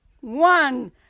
one